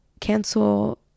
cancel